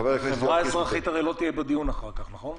הרי החברה האזרחית לא תהיה בדיון אחר כך, נכון?